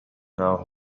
now